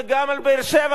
וגם על באר-שבע.